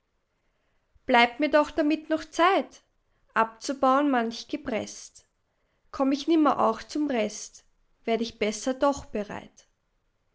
bleibt mir doch damit noch zeit abzubauen manch gebrest komm ich nimmer auch zum rest werd ich besser doch bereit